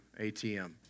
ATM